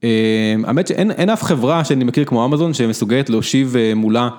האמת שאין אף חברה שאני מכיר כמו אמזון שמסוגלת להושיב מולה.